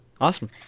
awesome